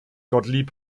gottlieb